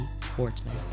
Portman